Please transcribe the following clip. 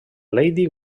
lady